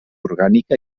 orgànica